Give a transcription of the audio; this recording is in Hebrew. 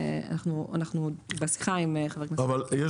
אנחנו בשיחה עם חבר הכנסת --- אבל יש